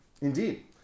Indeed